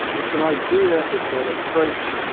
it's an idea, it's an approach,